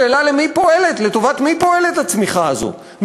השאלה, לטובת מי פועלת הצמיחה הזאת?